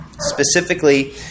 Specifically